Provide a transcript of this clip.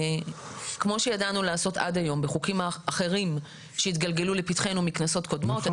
כמו שידענו לעשות עד היום בחוקים אחרים שהתגלגלו לפתחנו מכנסות קודמות,